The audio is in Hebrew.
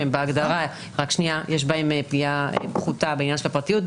שבהגדרה יש בהם פגיעה פחותה בעניין הפרטיות,